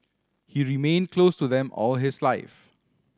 he remained close to them all his life